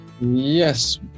Yes